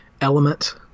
element